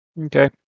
Okay